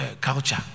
culture